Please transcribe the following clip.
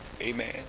amen